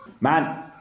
Man